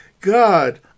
God